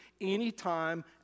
anytime